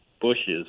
bushes